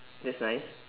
that's nice